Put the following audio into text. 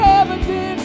evidence